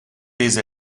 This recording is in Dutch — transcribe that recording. deze